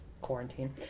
quarantine